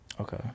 okay